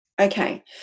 Okay